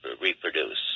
reproduce